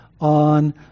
on